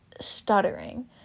stuttering